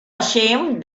ashamed